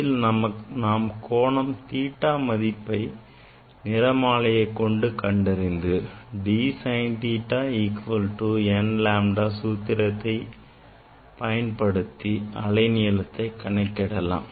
இதில் நாம் கோணம் theta மதிப்பை நிறமாலைமானியைக் கொண்டு கண்டறிந்து d sin theta equal to n lambda சூத்திரத்தில் பயன்படுத்தி அலை நீளத்தை கணக்கிடலாம்